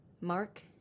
Mark